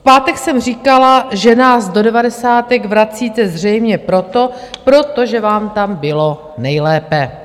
V pátek jsem říkala, že nás do devadesátek vracíte zřejmě proto, protože vám tam bylo nejlépe.